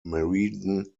meriden